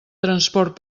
transport